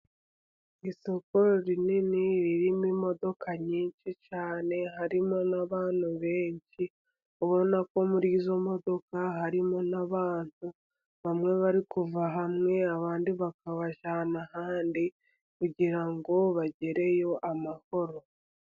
Isoko rinini ririmo imodoka nyinshi cyane, harimo n'abantu benshi. Ubona ko muri izo modoka harimo n'abantu, bamwe bari kuva hamwe abandi bakabajyana ahandi, kugira ngo bagereyo amahoro.